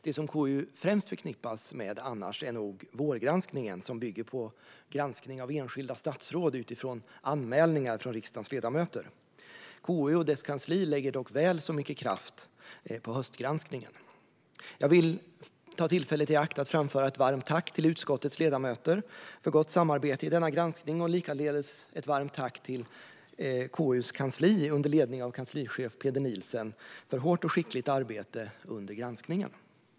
Det som KU främst förknippas med är nog vårgranskningen, som bygger på granskning av enskilda statsråd utifrån anmälningar från riksdagens ledamöter. KU och dess kansli lägger dock väl så mycket kraft på höstgranskningen. Jag vill ta tillfället i akt att framföra ett varmt tack till utskottets ledamöter för gott samarbete i denna granskning och likaledes ett varmt tack till KU:s kansli, under ledning av kanslichef Peder Nielsen, för hårt och skickligt arbete under granskningen.